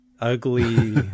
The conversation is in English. ugly